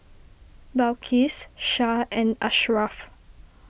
Balqis Shah and Ashraf